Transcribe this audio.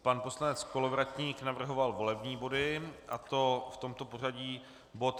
Pan poslanec Kolovratník navrhoval volební body, a to v tomto pořadí: bod 255.